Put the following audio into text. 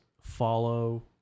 follow